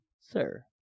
sir